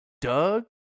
Doug